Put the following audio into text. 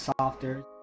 softer